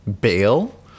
bail